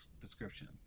description